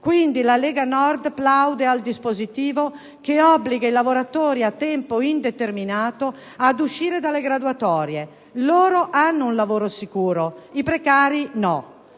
quindi la Lega Nord plaude al dispositivo che obbliga i lavoratori a tempo indeterminato ad uscire dalle graduatorie: loro hanno un lavoro sicuro, i precari no.